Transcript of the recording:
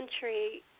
country